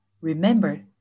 remember